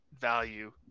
value